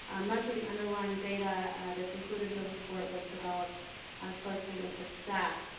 ah much of the underlying data that's included in the report was developed closely with his staff.